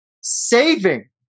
Saving